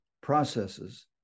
processes